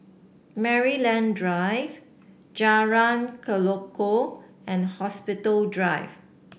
Maryland Drive Jalan Tekukor and Hospital Drive